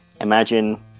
Imagine